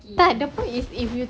tak the point is if you